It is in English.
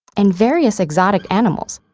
and various exotic animals,